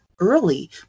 early